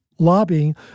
lobbying